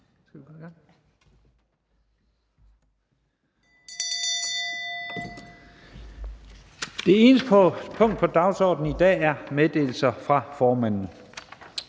Det eneste punkt på dagsordenen er: 1) Meddelelser fra formanden.